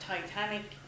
Titanic